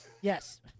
Yes